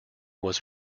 was